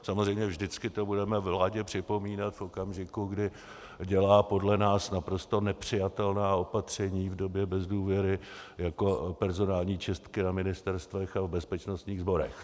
Samozřejmě že vždycky to budeme vládě připomínat v okamžiku, kdy dělá podle nás naprosto nepřijatelná opatření v době bez důvěry, jako personální čistky na ministerstvech a bezpečnostních sborech.